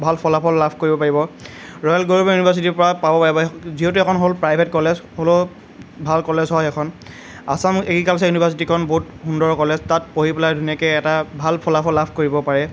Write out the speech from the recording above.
ভাল ফলাফল লাভ কৰিব পাৰিব ৰয়েল গ্ল'বেল ইউনিভাৰ্চিটিৰ পৰা পাব পাৰিব যিহেতু সেইখন হ'ল প্ৰাইভেট কলেজ হ'লেও ভাল কলেজ হয় এখন আসাম এগ্ৰিকালচাৰ ইউনিভাৰ্ছিটীখন বহুত সুন্দৰ কলেজ তাত পঢ়ি পেলাই ধুনীয়াকৈ এটা ভাল ফলাফল লাভ কৰিব পাৰে